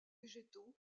végétaux